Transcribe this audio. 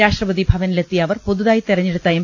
രാഷ്ട്രപതിഭവനി ലെത്തിയ അവർ പുതുതായി തെരഞ്ഞെടുത്ത എം